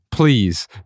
Please